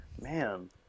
man